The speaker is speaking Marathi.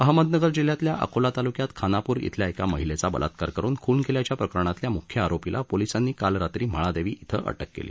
अहमदनगर जिल्ह्यातल्या अकोल्या तालुक्यात खानापूर इथल्या एका महिलेचा बलात्कार करून खून केल्याच्या प्रकरणातल्या मुख्य आरोपीला पोलीसांनी काल रात्री म्हाळादेवी इथं अटक केली